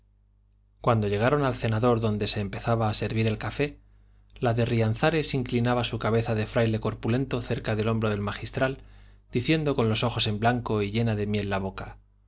cuando llegaron al cenador donde se empezaba a servir el café la de rianzares inclinaba su cabeza de fraile corpulento cerca del hombro del magistral diciendo con los ojos en blanco y llena de miel la boca